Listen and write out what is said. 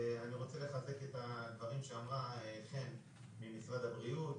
אני רוצה לחזק את הדברים שאמרה חן ממשרד הבריאות,